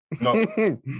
No